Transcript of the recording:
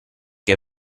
che